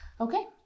okay